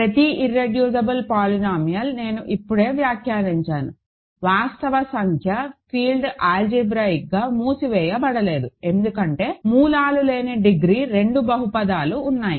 ప్రతి irreducible polynomial నేను ఇప్పుడే వ్యాఖ్యానించాను వాస్తవ సంఖ్య ఫీల్డ్ ఆల్జీబ్రాయిక్ గా మూసివేయబడలేదు ఎందుకంటే మూలాలు లేని డిగ్రీ రెండు బహుపదిలు ఉన్నాయి